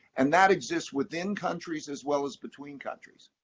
and that exists within countries as well as between countries.